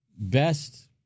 best